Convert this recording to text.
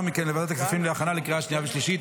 מכן לוועדת הכספים להכנה לקריאה שנייה ושלישית.